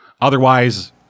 Otherwise